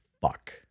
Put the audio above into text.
fuck